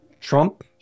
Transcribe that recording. Trump